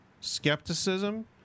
skepticism